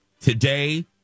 today